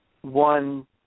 one